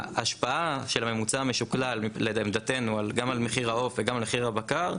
וההשפעה של הממוצע המשוכלל לעמדתנו גם על מחיר העוף וגם על מחיר הבקר,